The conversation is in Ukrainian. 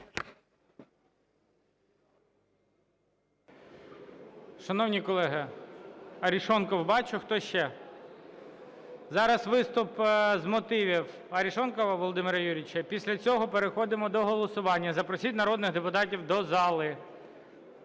Шановні колеги, Арешонков – бачу. Хто ще? Зараз виступ з мотивів Арешонкова Володимира Юрійовича після цього переходимо до голосування. Запросіть народних депутатів до зали.